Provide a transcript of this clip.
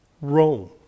Rome